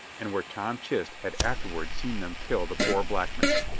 and where tom chist had afterward seen them kill the poor black man.